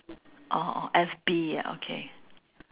orh orh F_B okay